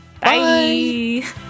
Bye